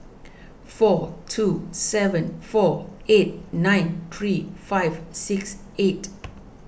four two seven four eight nine three five six eight